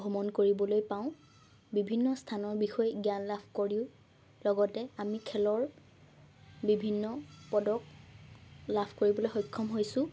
ভ্ৰমণ কৰিবলৈ পাওঁ বিভিন্ন স্থানৰ বিষয়ে জ্ঞান লাভ কৰিও লগতে আমি খেলৰ বিভিন্ন পদক লাভ কৰিবলৈ সক্ষম হৈছোঁ